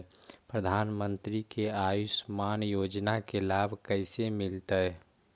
प्रधानमंत्री के आयुषमान योजना के लाभ कैसे मिलतै?